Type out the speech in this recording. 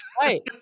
Right